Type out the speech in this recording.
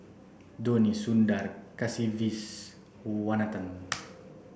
Dhoni Sundar Kasiviswanathan